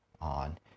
on